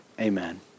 Amen